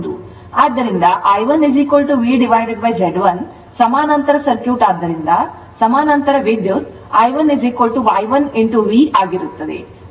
ಆದ್ದರಿಂದ I1 VZ1 ಸಮಾನಾಂತರ circuit ಆದ್ದರಿಂದ ಸಮಾನಾಂತರ ವಿದ್ಯುತ್ I1 Y1V ಆಗಿರುತ್ತದೆ I2 Y2V ಆಗಿರುತ್ತದೆ